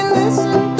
listen